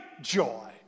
joy